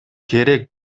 керек